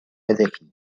ذكي